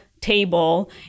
table